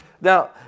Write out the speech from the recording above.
Now